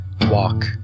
walk